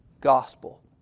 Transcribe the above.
gospel